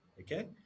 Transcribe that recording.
Okay